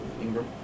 Ingram